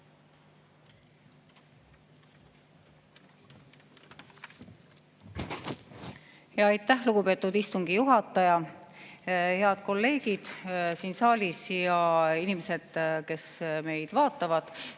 Aitäh, lugupeetud istungi juhataja! Head kolleegid siin saalis ja inimesed, kes meid vaatavad!